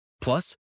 Plus